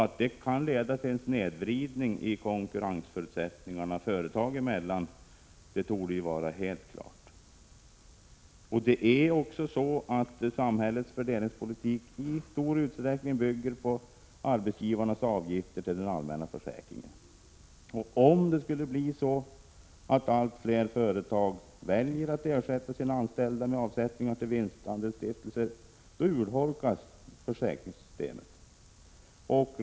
Att detta kan leda till en snedvridning av konkurrensförutsättningarna företag emellan torde vara helt klart. Samhällets fördelningspolitik bygger i stor utsträckning på arbetsgivarnas avgifter till den allmänna försäkringen. Om allt fler företag skulle välja att ersätta sina anställda med avsättningar till vinstandelsstiftelser, urbolkas detta fördelningssystem.